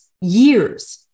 years